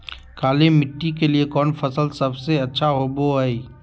काली मिट्टी के लिए कौन फसल सब से अच्छा होबो हाय?